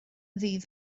ddydd